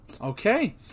Okay